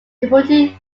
deputy